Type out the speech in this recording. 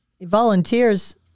volunteers